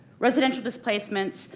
residential displacements,